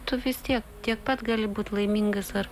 tu vis tiek tiek pat gali būt laimingas ar